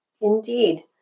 indeed